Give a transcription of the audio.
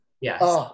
Yes